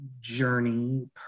journey